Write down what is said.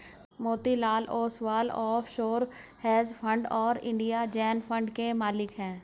Motilal Oswal offshore hedge fund और India Zen fund के मालिक हैं